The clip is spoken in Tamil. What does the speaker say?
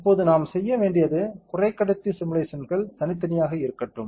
இப்போது நாம் செய்ய வேண்டியது குறைக்கடத்தி சிமுலேஷன்ஸ்கள் தனித்தனியாக இருக்கட்டும்